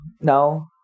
no